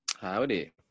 Howdy